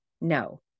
no